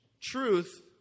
truth